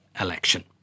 election